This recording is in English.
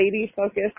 lady-focused